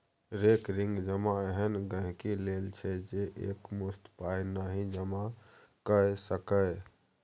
recurring जमा एहन गांहिकी लेल छै जे एकमुश्त पाइ नहि जमा कए सकैए